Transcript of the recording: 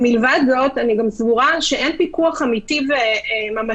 מלבד זאת, אני גם סבורה שאין פיקוח אמיתי וממשי.